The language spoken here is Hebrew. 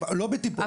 לא בטיפול,